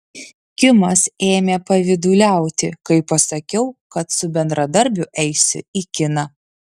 kimas ėmė pavyduliauti kai pasakiau kad su bendradarbiu eisiu į kiną